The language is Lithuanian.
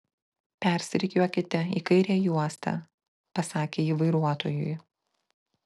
persirikiuokite į kairę juostą pasakė ji vairuotojui